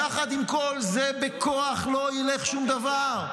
יחד עם כל זה, בכוח לא ילך שום דבר.